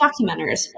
documenters